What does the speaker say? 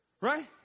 Right